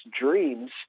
dreams